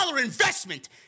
investment